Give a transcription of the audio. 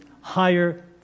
higher